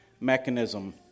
mechanism